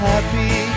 Happy